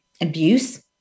abuse